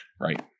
Right